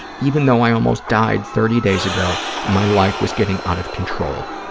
even though i almost died thirty days ago and my life was getting out of control.